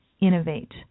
innovate